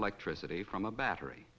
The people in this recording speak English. electricity from a battery